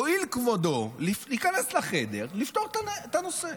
יואיל כבודו להיכנס לחדר ולפתור את הנושא.